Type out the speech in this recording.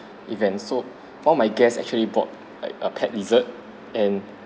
event so one of my guests actually brought like a pet lizard and